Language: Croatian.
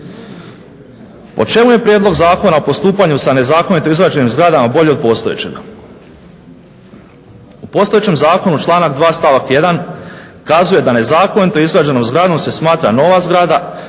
Po čemu je prijedlog Zakona o postupanju sa nezakonito izgrađenim zgradama bolji od postojećega? U postojećem zakonu članak 2. stavak 1. kazuje da nezakonito izgrađenom zgradom se smatra nova zgrada,